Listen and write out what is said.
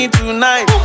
tonight